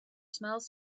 smells